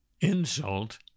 insult